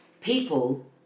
people